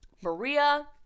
Maria